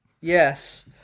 Yes